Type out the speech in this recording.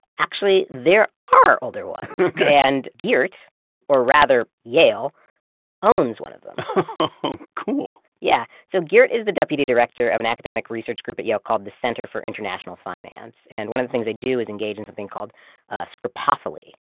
actually, there are older ones and geert or rather yale owns one of them oh, cool yeah, so geert is the deputy director of an academic research group at yale called the center for international finance. and one of the things they do is engage in something called scripophily,